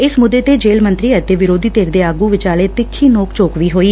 ਇਸ ਮੁੱਦੇ ਤੇ ਜੇਲ੍ਹ ਮੰਤਰੀ ਅਤੇ ਵਿਰੋਧੀ ਧਿਰ ਦੇ ਆਗੂ ਵਿਚਾਲੇ ਤਿੱਖੀ ਨੋਕ ਝੋਕ ਵੀ ਹੋਈ